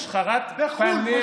השחרת פניה,